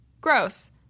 gross